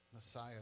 Messiah